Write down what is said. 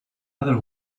other